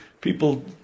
people